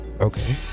okay